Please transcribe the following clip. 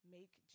make